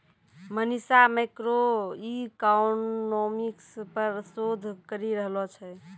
Manisha macroeconomics पर शोध करी रहलो छै